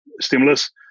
stimulus